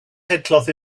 headcloth